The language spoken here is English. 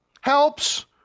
helps